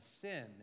sin